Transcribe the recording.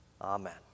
Amen